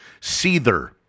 Seether